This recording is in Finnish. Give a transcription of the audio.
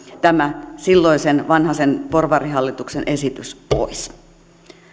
tämä silloisen vanhasen porvarihallituksen esitys pois